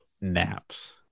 Naps